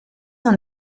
noch